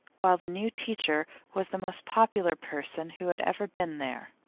while the new teacher was the most popular person who had ever been there.